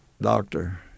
doctor